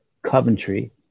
Coventry